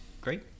Great